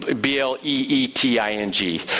b-l-e-e-t-i-n-g